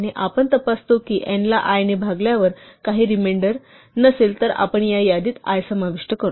आणि आपण तपासतो की n ला i ने भागल्यावर काही रिमेंडर नसेल तर आपण या यादीत i समाविष्ट करतो